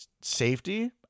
safety